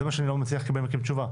זה מה שאני לא מצליח לקבל מכם תשובה.